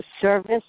service